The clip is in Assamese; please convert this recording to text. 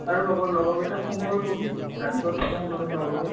আৰু লগৰ লগৰকেইটাক ফোন কৰি ক'বি ৰাতিপুৱা কেইটামান বজাত বা ওলায়